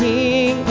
King